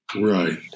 Right